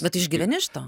bet tu išgyveni iš to